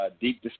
Deep